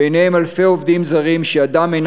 ביניהם אלפי עובדים זרים שידם אינה